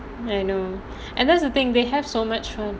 I know and that's the thing they have so much more